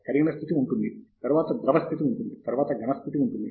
కరిగిన స్థితి ఉంటుంది తరువాత ద్రవ స్థితి ఉంటుంది తరువాత ఘన స్థితి ఉంటుంది